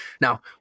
Now